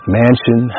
mansion